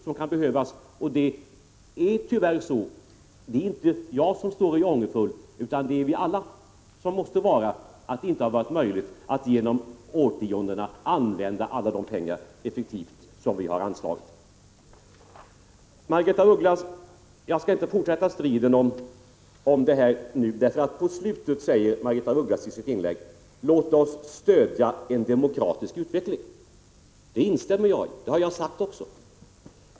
Jag är som sagt inte ångerfull, men vi alla måste tyvärr vara det på en punkt: Det har genom årtiondena inte varit möjligt att effektivt använda alla de pengar som vi har anslagit. Jag skall inte fortsätta striden med Margaretha af Ugglas. På slutet av sitt inlägg manar Margaretha af Ugglas: Låt oss stödja en demokratisk utveckling! Det instämmer jag i. Också jag har sagt att vi skall stödja den demokratiska utvecklingen.